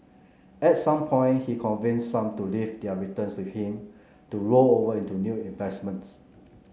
at some point he convinced some to leave their returns with him to roll over into new investments